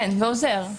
כן, ועוזר,